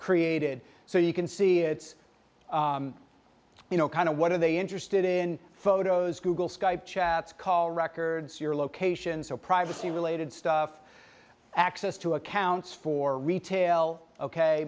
created so you can see it's you know kind of what are they interested in photos google skype chats call records your location so privacy related stuff access to accounts for retail ok